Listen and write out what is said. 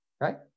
right